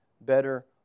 better